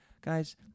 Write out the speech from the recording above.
Guys